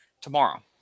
tomorrow